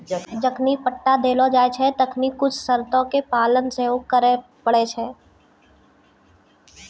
जखनि पट्टा देलो जाय छै तखनि कुछु शर्तो के पालन सेहो करै पड़ै छै